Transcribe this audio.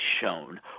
shown